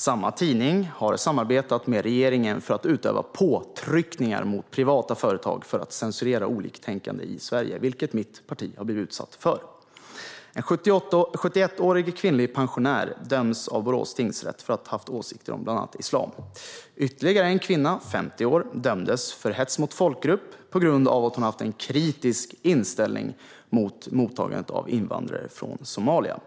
Samma tidning har samarbetat med regeringen för att utöva påtryckningar mot privata företag att censurera oliktänkande i Sverige, vilket mitt parti har blivit utsatt för. En 71-årig kvinnlig pensionär har dömts av Borås tingsrätt för att hon har haft åsikter om bland annat islam. Ytterligare en kvinna, 50 år, har dömts för hets mot folkgrupp på grund av att hon haft en kritisk inställning mot mottagandet av invandrare från Somalia.